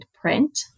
print